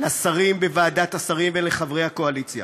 לשרים בוועדת השרים ולחברי הקואליציה